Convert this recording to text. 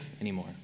anymore